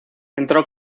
entró